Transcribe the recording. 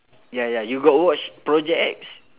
ya ya you got watch project X